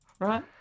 right